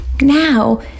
Now